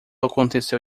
aconteceu